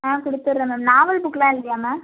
ஆ கொடுத்துர்றேன் ma'am novel புக்லாம் இல்லையா மேம்